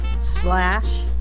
slash